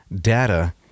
data